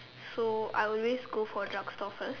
so I always go for drugstore first